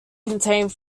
contained